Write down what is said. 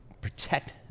protect